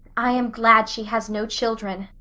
i am glad she has no children,